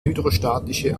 hydrostatische